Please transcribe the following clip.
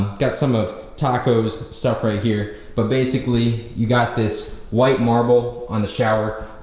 got some of taco's stuff right here but basically you got this white marble on the shower,